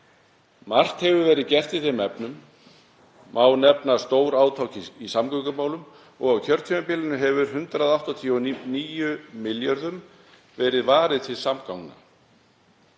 Margt hefur verið gert í þeim efnum. Má nefna stórátak í samgöngumálum og á kjörtímabilinu hefur 189 milljörðum verið varið til samgangna.